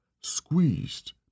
squeezed